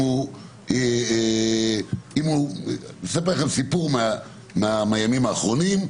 אני אספר לכם סיפור מהימים האחרונים.